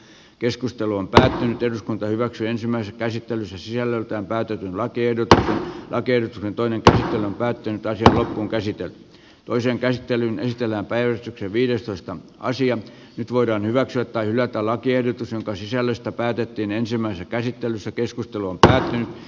keskustelun päähenkilö on päiväksi ensimmäiset käsityönsä sisällöltään päätyikin kiihdyttää rakennuksen toinen teema on päättynyt ja asia on käsitelty toisen käsittelyn ystävänpäivä on viidestoista nyt voidaan hyväksyä tai hylätä lakiehdotus jonka sisällöstä päätettiin ensimmäisessä käsittelyssä keskusteluun päähän